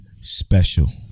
special